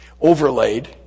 overlaid